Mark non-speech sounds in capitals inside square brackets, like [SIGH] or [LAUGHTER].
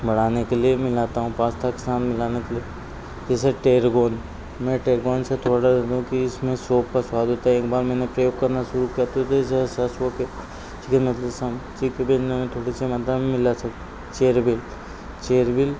बढ़ाने के लिए मिलाता हूँ पास्ता के साथ मिलाने के लिए जैसे टेरगोन मैं टेरगोन से थोड़ा क्योंकि इसमें शोप का स्वाद होता है एक बार मैंने प्रयोग करना शुरू किया तो [UNINTELLIGIBLE] पे चिकेन मतलब [UNINTELLIGIBLE] चिकबिन में थोड़ी सी मात्रा में मिला सक चेरबिल चेरबिल